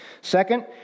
Second